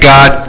God